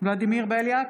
ולדימיר בליאק,